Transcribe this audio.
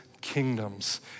kingdoms